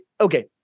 okay